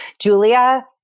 Julia